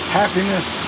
happiness